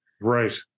Right